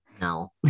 No